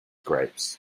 grapes